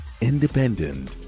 Independent